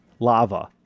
Lava